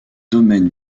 domaines